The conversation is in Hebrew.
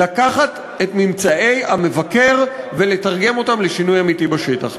לקחת את ממצאי המבקר ולתרגם אותם לשינוי אמיתי בשטח.